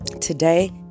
Today